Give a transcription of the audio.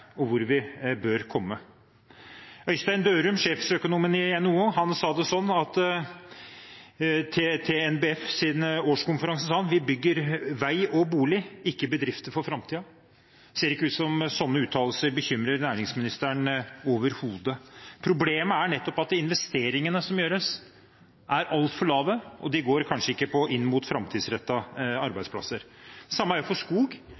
om hvor vi er, og hvor vi bør komme. Øystein Dørum, sjeføkonom i NHO, sa til NBFs årskonferanse: Vi bygger vei og bolig, ikke bedrifter for framtiden. Det ser ikke ut som at slike uttalelser bekymrer næringsministeren overhodet. Problemet er nettopp at investeringene som gjøres, er altfor lave, og de går kanskje ikke inn mot framtidsrettede arbeidsplasser. Det samme gjelder for skog.